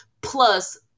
plus